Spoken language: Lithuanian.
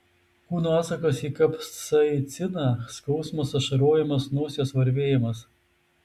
kūno atsakas į kapsaiciną skausmas ašarojimas nosies varvėjimas